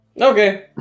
Okay